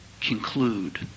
conclude